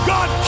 God